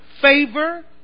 favor